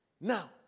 now